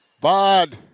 Bad